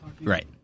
Right